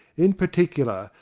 in par ticular,